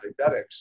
diabetics